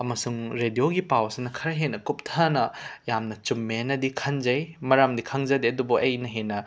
ꯑꯃꯁꯨꯡ ꯔꯦꯗ꯭ꯌꯣꯒꯤ ꯄꯥꯎꯁꯤꯅ ꯈꯔ ꯍꯦꯟꯅ ꯀꯨꯞꯊꯅ ꯌꯥꯝꯅ ꯆꯨꯝꯃꯦꯅꯗꯤ ꯈꯟꯖꯩ ꯃꯔꯝꯗꯤ ꯈꯪꯖꯗꯦ ꯑꯗꯨꯕꯨ ꯑꯩꯅ ꯍꯦꯟꯅ